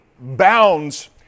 bounds